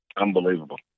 Unbelievable